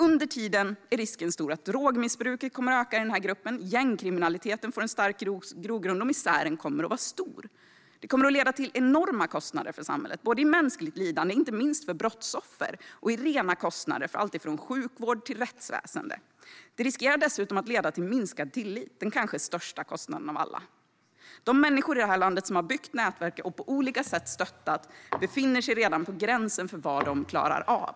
Under tiden är risken stor för att drogmissbruket ökar i denna grupp, att gängkriminaliteten får en stark grogrund och att misären blir stor. Detta kommer att leda till enorma kostnader för samhället, både i mänskligt lidande, inte minst för brottsoffer, och i rena kostnader för allt från sjukvård till rättsväsen. Det riskerar dessutom att leda till minskad tillit - den kanske största kostnaden av alla. De människor i detta land som har byggt nätverk och som på olika sätt har stöttat befinner sig redan på gränsen för vad de klarar av.